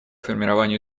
формированию